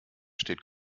steht